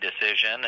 decision